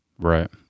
right